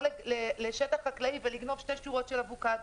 לשטח חקלאי ולגנוב שתי שורות של אבוקדו.